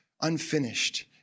unfinished